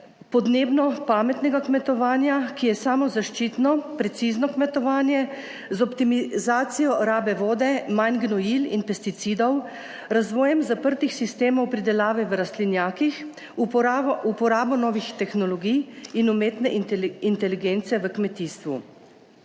podnebno pametnega kmetovanja, ki je samozaščitno precizno kmetovanje z optimizacijo rabe vode, manj gnojil in pesticidov, razvojem zaprtih sistemov pridelave v rastlinjakih, uporabo novih tehnologij in umetne inteligence v kmetijstvu.